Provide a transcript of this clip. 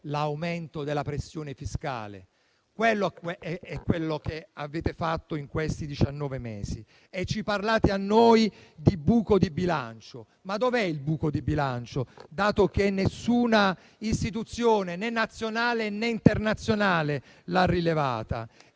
l'aumento della pressione fiscale. Questo è ciò che avete fatto in questi diciannove mesi e parlate a noi di buco di bilancio. Ma dov'è il buco di bilancio, dato che nessuna istituzione, né nazionale, né internazionale, lo ha rilevato?